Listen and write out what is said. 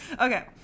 Okay